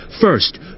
First